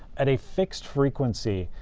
at a fixed frequency,